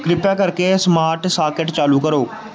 ਕਿਰਪਾ ਕਰਕੇ smart socket ਚਾਲੂ ਕਰੋ